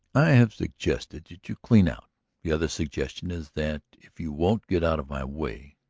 i have suggested that you clean out the other suggestion is that, if you won't get out of my way,